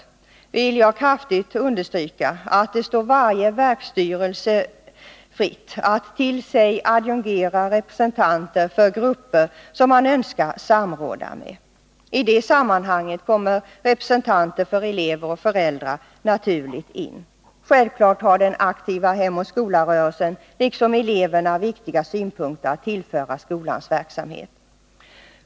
Därutöver vill jag kraftigt understryka att det står varje verkstyrelse fritt att med sig adjungera representanter ur grupper som man önskar samråda med. I det sammanhanget kommer representanter för elever och föräldrar naturligt in. Självfallet har den aktiva Hem och skola-rörelsen, liksom eleverna, viktiga synpunkter att tillföra skolans verksamhet.